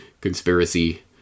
conspiracy